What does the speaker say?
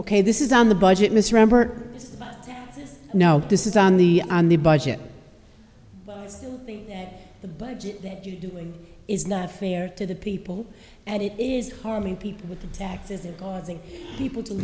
ok this is on the budget misremember no this is on the on the budget think the budget that you are doing is not fair to the people and it is harming people with the taxes it causing people to